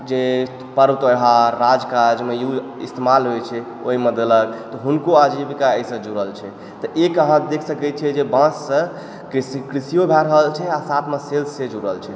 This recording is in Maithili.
जे पर्व त्यौहार राजकाजमे यूज इस्तेमाल होइ छै ओहि मे देलक तऽ हुनको आजीविका एहि सऽ जुड़ल छै तऽ ई अहाँ देख सकै छियै जे बाॅंस सऽ कृषियो भए रहल छै आ साथमे सेल्स सेहो जुड़ल छै